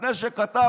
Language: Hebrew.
לפני שכתב,